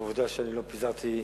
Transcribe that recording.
ועובדה שאני לא פיזרתי,